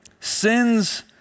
Sin's